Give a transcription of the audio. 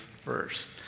first